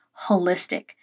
holistic